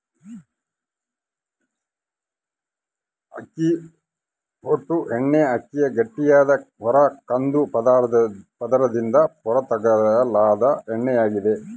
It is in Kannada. ಅಕ್ಕಿ ಹೊಟ್ಟು ಎಣ್ಣೆಅಕ್ಕಿಯ ಗಟ್ಟಿಯಾದ ಹೊರ ಕಂದು ಪದರದಿಂದ ಹೊರತೆಗೆಯಲಾದ ಎಣ್ಣೆಯಾಗಿದೆ